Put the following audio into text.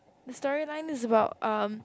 the storyline is about um